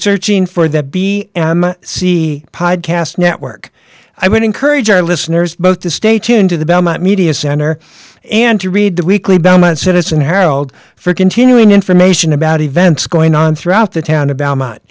searching for the b c podcast network i would encourage our listeners both to stay tuned to the belmont media center and to read the weekly baumann citizen herald for continuing information about events going on throughout the town